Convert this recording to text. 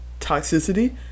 toxicity